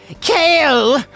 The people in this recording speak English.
kale